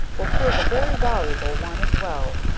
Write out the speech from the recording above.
will prove a very valuable one as well,